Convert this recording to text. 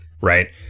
right